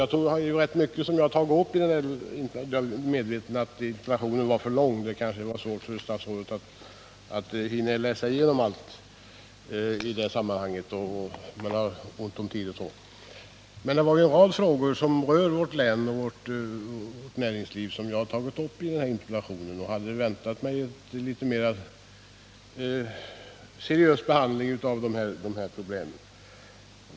Jag är medveten om att min interpellation var för lång. Det har kanske varit svårt för statsrådet att hinna läsa igenom allt — han har ju ont om tid. Jag tog emellertid i interpellationen upp en rad frågor som rör vårt län och dess näringsliv, och jag hade väntat mig en något mer seriös behandling av dessa frågor.